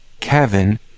Kevin